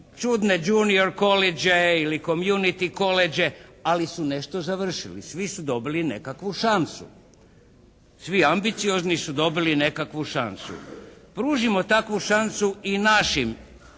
čudne junior koledže ili community koledže, ali su nešto završili, svi su dobili nekakvu šansu. Svi ambiciozni su dobili nekakvu šansu. Pružimo takvu šansu i našim